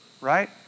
right